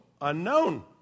unknown